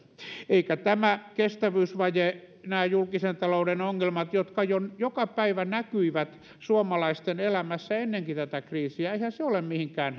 eikä tämä kestävyysvaje nämä julkisen talouden ongelmat jotka joka päivä näkyivät suomalaisten elämässä ennenkin tätä kriisiä ole mihinkään